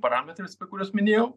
parametrais kuriuos minėjau